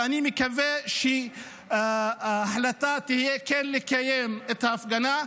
ואני מקווה שההחלטה תהיה כן לקיים את ההפגנה.